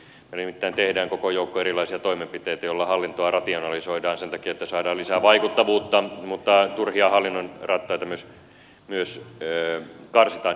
me nimittäin teemme koko joukon erilaisia toimenpiteitä joilla hallintoa rationalisoidaan sen takia että saadaan lisää vaikuttavuutta mutta turhia hallinnonrattaita myös karsitaan